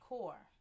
Core